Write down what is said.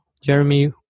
Jeremy